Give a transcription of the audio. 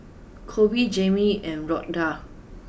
Koby Jamie and Rhoda